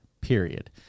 period